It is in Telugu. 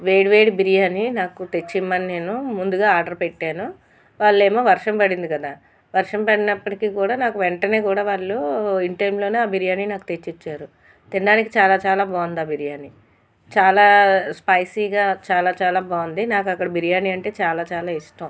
వేడివేడి బిర్యానీ నాకు తెచ్చి ఇవ్వమని నేను ముందుగా ఆర్డర్ పెట్టాను వాళ్ళేమో వర్షం పడింది కదా వర్షం పడినప్పటికీ కూడా నాకు వెంటనే కూడా వాళ్ళు ఇన్ టైం లోనే బిర్యానీ నాకు తెచ్చి ఇచ్చారు తినడానికి చాలా చాలా బాగుంది ఆ బిర్యానీ చాలా స్పైసీగా చాలా చాలా బాగుంది నాకు అక్కడ బిర్యానీ అంటే చాలా చాలా ఇష్టం